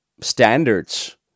standards